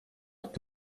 ifite